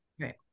right